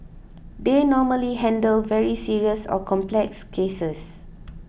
they normally handle very serious or complex cases